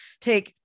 take